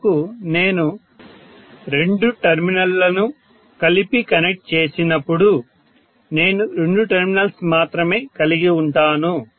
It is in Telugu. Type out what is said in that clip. చివరకు నేను రెండు టెర్మినల్స్ ను కలిపి కనెక్ట్ చేసినప్పుడు నేను రెండు టెర్మినల్స్ మాత్రమే కలిగివుంటాను